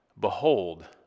Behold